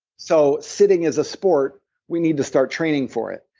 so sitting is a sport we need to start training for it.